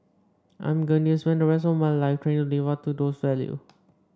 I'm going to spend the rest of my life trying to live up to those values